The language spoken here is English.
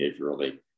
behaviorally